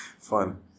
Fun